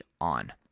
on